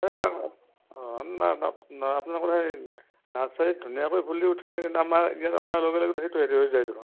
অ' এটা না না আপোনালোকৰ এই নাৰ্ছাৰিত ধুনীয়াকৈ ফুলি উঠে কিন্তু আমাৰ ইয়াত অনাৰ লগে লগে সেইটো হেৰি হৈ যায় দেখোন